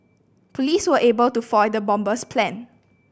police were able to foil the bomber's plan